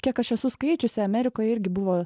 kiek aš esu skaičiusi amerikoje irgi buvo